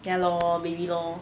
ya lor baby lor